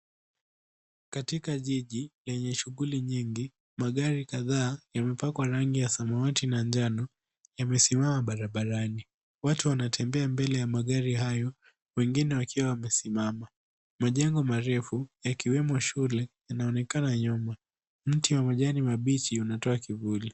Katika jiji lenye shughuli nyingi magari kadhaa yamepakwa rangi ya samawati na njano yamesimama barabarani. Watu wanatembea mbele ya magari hayo wengine wakiwa wamesimama. Majengo marefu yakiwemo shule yanaonekana nyuma.